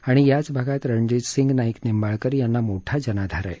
आणि याच भागात रणजितसिंग नाईक निंबाळकर यांना मोठा जनाधार आहे